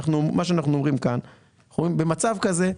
אנחנו אומרים שבמצב כזה,